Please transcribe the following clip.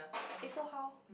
eh so how